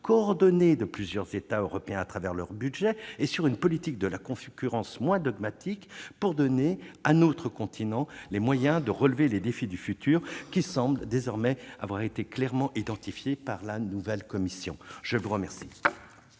coordonnée de plusieurs États européens à travers leurs budgets et sur une politique de la concurrence moins dogmatique pour donner à notre continent les moyens de relever les défis du futur qui semblent désormais avoir été clairement identifiés par la nouvelle Commission ? La parole